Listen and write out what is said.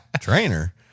trainer